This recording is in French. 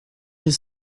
les